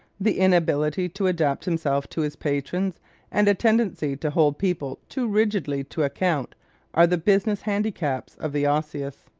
the inability to adapt himself to his patrons and a tendency to hold people too rigidly to account are the business handicaps of the osseous.